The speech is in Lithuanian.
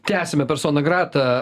tęsiame personą gratą